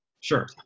Sure